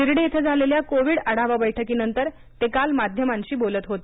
शिर्डी इथं झालेल्या कोविड आढावा बैठकीनंतर ते काल माध्यमांशी बोलत होते